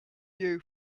you